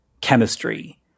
chemistry